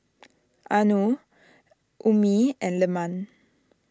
Anuar Ummi and Leman